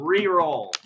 Re-roll